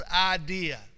idea